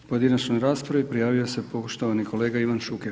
Pojedinačnoj raspravi prijavio se poštovani kolega Ivan Šuker.